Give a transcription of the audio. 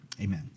amen